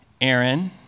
Aaron